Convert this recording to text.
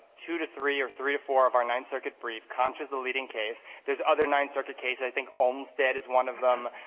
two to three or three to four of our ninth circuit brief. concha is the leading case. there's other ninth circuit cases. i think olmstead is one of them.